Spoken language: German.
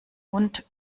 und